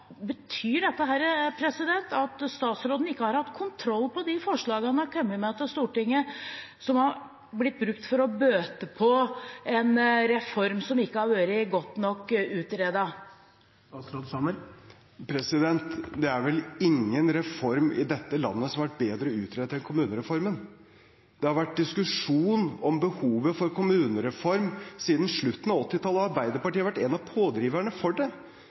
Betyr dette at statsråden ikke har hatt kontroll på de forslagene han har kommet med til Stortinget, og som har blitt brukt for å bøte på en reform som ikke har vært godt nok utredet? Det er vel ingen reform i dette landet som har vært bedre utredet enn kommunereformen. Det har vært diskusjon om behovet for kommunereform siden slutten av 1980-tallet, og Arbeiderpartiet har vært en av pådriverne for det.